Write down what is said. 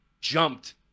jumped